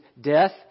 death